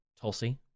Tulsi